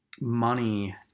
money